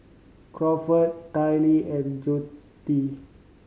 Crawford Tallie and Joette